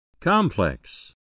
Complex